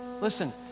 Listen